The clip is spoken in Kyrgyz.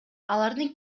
алардын